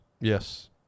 Yes